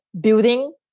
building